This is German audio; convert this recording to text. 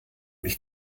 mich